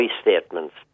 statements